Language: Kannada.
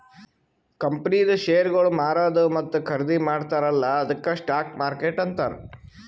ಕಂಪನಿದು ಶೇರ್ಗೊಳ್ ಮಾರದು ಮತ್ತ ಖರ್ದಿ ಮಾಡ್ತಾರ ಅಲ್ಲಾ ಅದ್ದುಕ್ ಸ್ಟಾಕ್ ಮಾರ್ಕೆಟ್ ಅಂತಾರ್